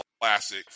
Classic